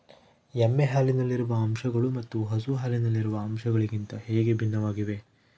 ಎಮ್ಮೆ ಹಾಲಿನಲ್ಲಿರುವ ಅಂಶಗಳು ಮತ್ತು ಹಸು ಹಾಲಿನಲ್ಲಿರುವ ಅಂಶಗಳಿಗಿಂತ ಹೇಗೆ ಭಿನ್ನವಾಗಿವೆ?